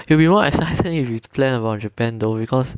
it'll be more exciting if we plan about japan though because